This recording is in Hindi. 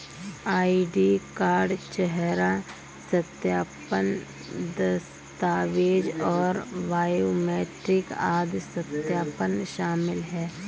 आई.डी कार्ड, चेहरा सत्यापन, दस्तावेज़ और बायोमेट्रिक आदि सत्यापन शामिल हैं